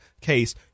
case